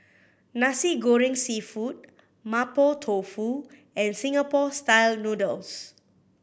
Nasi Goreng Seafood Mapo Tofu and Singapore Style Noodles